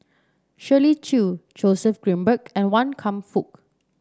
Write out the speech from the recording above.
Shirley Chew Joseph Grimberg and Wan Kam Fook